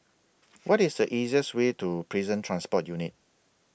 What IS The easiest Way to Prison Transport Unit